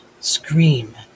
scream